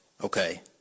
okay